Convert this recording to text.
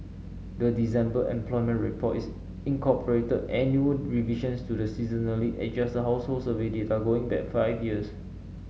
the December employment report is incorporated annual revisions to the seasonally adjusted household survey data going back five years